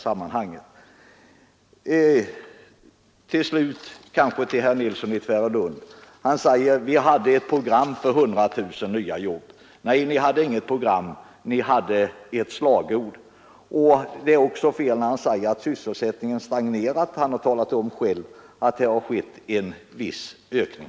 Vidare säger herr Nilsson i Tvärålund: ”Vi hade ett program för 100 000 nya jobb.” Nej, ni hade inget program; ni hade ett slagord. Det är också fel när herr Nilsson säger att sysselsättningen har stagnerat. Han har själv talat om att det har skett en viss ökning.